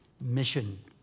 mission